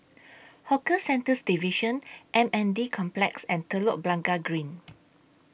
Hawker Centres Division M N D Complex and Telok Blangah Green